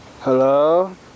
Hello